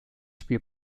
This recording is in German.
spiel